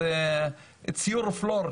אז ."It's your floor,